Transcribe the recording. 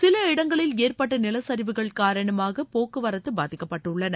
சில இடங்களில் ஏற்பட்டுள்ள நிலச்சரிவுகள் காரணமாக போக்குவரத்து பாதிக்கப்பட்டுள்ளன